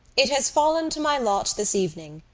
it has fallen to my lot this evening,